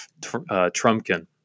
Trumkin